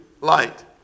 light